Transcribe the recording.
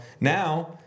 now